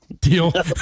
Deal